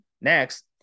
next